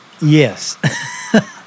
Yes